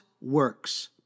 works